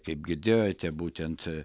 kaip girdėjote būtent